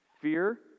Fear